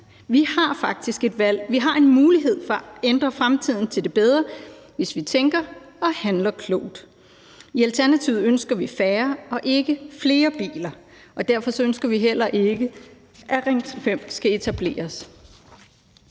Vi har faktisk et valg, vi har en mulighed for at ændre fremtiden til det bedre, hvis vi tænker og handler klogt. I Alternativet ønsker vi færre og ikke flere biler, og derfor ønsker vi heller ikke, at Ring 5 skal etableres.